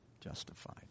justified